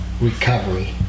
recovery